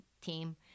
team